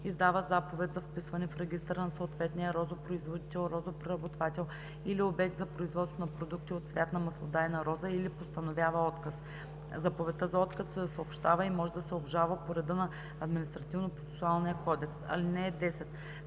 издава заповед за вписване в регистъра на съответния розопроизводител, розопреработвател или обект за производство на продукти от цвят на маслодайна роза, или постановява отказ; заповедта за отказ се съобщава и може да се обжалва по реда на Административнопроцесуалния кодекс. (10)